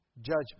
judgment